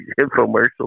infomercial